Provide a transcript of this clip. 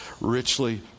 richly